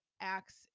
acts